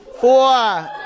four